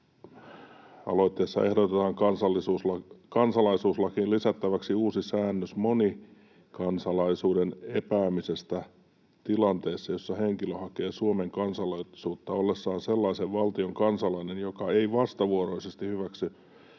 Aloitteessa ehdotetaan kansalaisuuslakiin lisättäväksi uusi säännös monikansalaisuuden epäämisestä tilanteessa, jossa henkilö hakee Suomen kansalaisuutta ollessaan sellaisen valtion kansalainen, joka ei vastavuoroisesti hyväksy